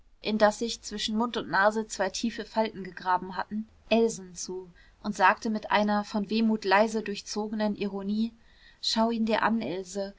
in das sich zwischen mund und nase zwei tiefe falten gegraben hatten elsen zu und sagte mit einer von wehmut leise durchzogenen ironie schau ihn dir an else